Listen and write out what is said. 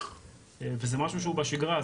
וזה משהו שהוא בשגרה,